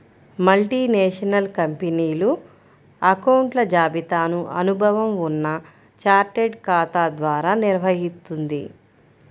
multinational కంపెనీలు అకౌంట్ల జాబితాను అనుభవం ఉన్న చార్టెడ్ ఖాతా ద్వారా నిర్వహిత్తుంది